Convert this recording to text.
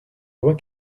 doit